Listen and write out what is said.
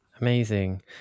Amazing